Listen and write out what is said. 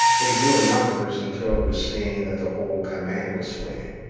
they grew in numbers until it was seen that the whole command was fleeing.